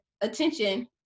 attention